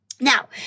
Now